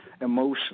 emotion